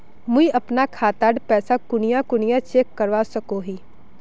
मुई अपना खाता डात पैसा कुनियाँ कुनियाँ चेक करवा सकोहो ही?